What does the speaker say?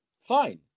Fine